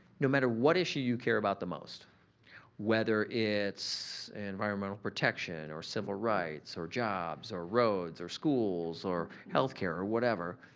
no matter what issue you care about the most whether it's environmental protection or civil rights or jobs or roads or schools or healthcare or whatever,